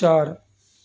चारि